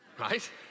right